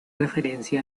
referencia